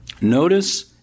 Notice